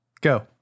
go